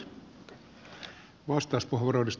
arvoisa puhemies